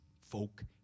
folk